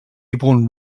avon